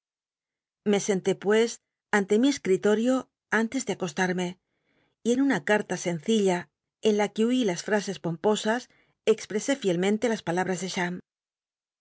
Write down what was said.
me sentó pues ante mi cscrilo ti o antes de acostatmc y en una c u'la sencilla en la que huí las ftascs pomposas expresé fielmcn lc las palabras de